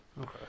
Okay